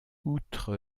outre